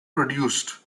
produced